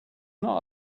not